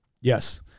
Yes